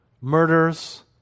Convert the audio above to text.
murders